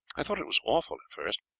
i thought it was awful at first,